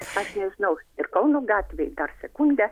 aš nežinau ir kauno gatvėj dar sekundę